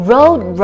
Road